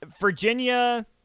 Virginia